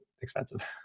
expensive